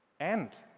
and,